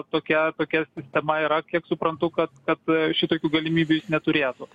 tokia tokia sistema yra kiek suprantu kad kad šitokių galimybių jis neturėtų